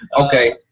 Okay